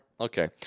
Okay